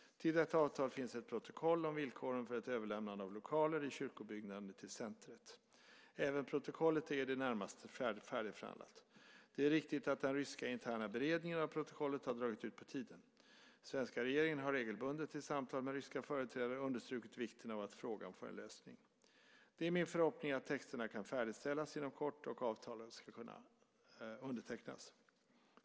Till detta avtal finns ett protokoll om villkoren för ett överlämnande av lokaler i kyrkobyggnaden till centrumet. Även protokollet är i det närmaste färdigförhandlat. Det är riktigt att den ryska interna beredningen av protokollet har dragit ut på tiden. Svenska regeringen har regelbundet i samtal med ryska företrädare understrukit vikten av att frågan får en lösning. Det är min förhoppning att texterna kan färdigställas inom kort och att avtalen ska kunna undertecknas.